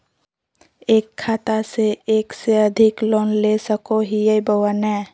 एक खाता से एक से अधिक लोन ले सको हियय बोया नय?